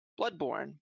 Bloodborne